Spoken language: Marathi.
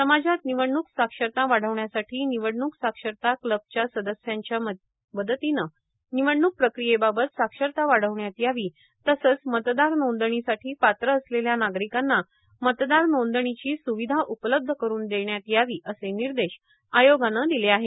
समाजात निवडणूक साक्षरता वाढविण्यासाठी निवडणूक साक्षरता क्लबच्या सदस्यांच्या मदतीने निवडणूक प्रक्रियेबाबत साक्षरता वाढविण्यात यावी तसंच मतदार नोंदणीसाठी पात्र असलेल्या नागरिकांना मतदार नोंदणीची स्विधा उपलब्ध करुन देण्यात यावी असे निर्देश आयोगाने दिले आहेत